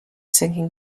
sinking